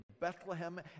Bethlehem